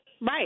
Right